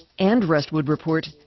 and, rust would report,